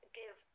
give